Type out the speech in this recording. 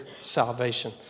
salvation